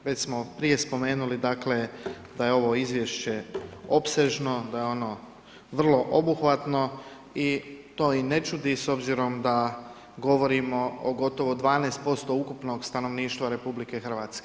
Već smo prije spomenuli dakle, da je ovo izvješće opsežno, da je ono vrlo obuhvatno i to i ne čudi s obzirom da govorimo o gotovo 12% ukupnog stanovništva RH.